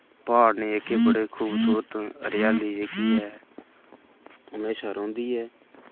प्हाड़ न जेह्के बड़े खूबसूरत न हरियाली जेह्की ऐ म्हेशां रौंह्दी ऐ